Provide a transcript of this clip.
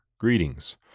Greetings